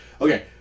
okay